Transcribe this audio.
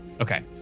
Okay